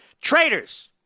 Traitors